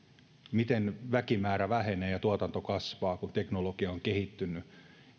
miten väkimäärä vähenee ja tuotanto kasvaa kun teknologia on kehittynyt